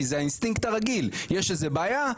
כי זה האינסטינקט הרגיל יש איזה בעיה,